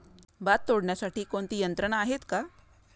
भात तोडण्यासाठी कोणती यंत्रणा आहेत का?